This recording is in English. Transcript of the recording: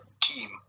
team